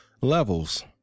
levels